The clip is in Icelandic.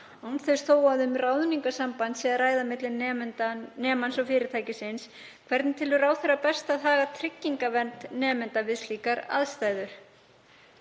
þess þó að um ráðningarsamband sé að ræða milli nemans og fyrirtækisins, hvernig telur ráðherra best að haga tryggingavernd nemendanna við slíkar aðstæður?